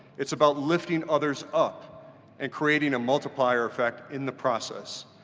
it's about lifting others up and creating a multiplier effect in the process.